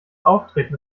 auftreten